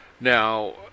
Now